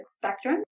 spectrum